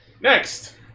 Next